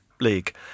League